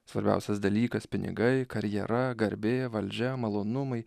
svarbiausias dalykas pinigai karjera garbė valdžia malonumai